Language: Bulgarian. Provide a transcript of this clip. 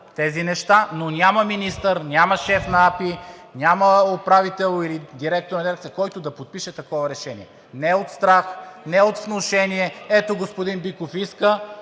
тези неща, но няма министър, няма шеф на АПИ, няма управител или директор, който да подпише такова решение. Не от страх, не от внушение. Ето, господин Биков иска.